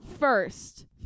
first